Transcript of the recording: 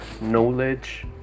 knowledge